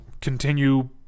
continue